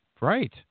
Right